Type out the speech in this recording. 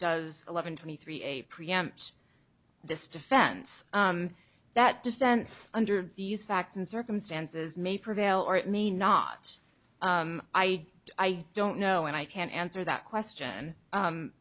does eleven twenty three a preempt this defense that defense under these facts and circumstances may prevail or it may not i i don't know and i can't answer that question